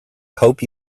hope